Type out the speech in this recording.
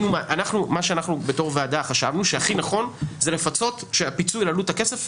אנחנו כוועדה חשבנו שהכי נכון זה שהפיצוי על עלות הכסף,